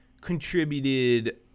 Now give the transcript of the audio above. contributed